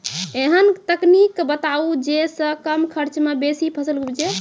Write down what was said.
ऐहन तकनीक बताऊ जै सऽ कम खर्च मे बेसी फसल उपजे?